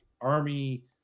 army